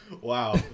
wow